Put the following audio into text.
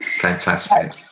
Fantastic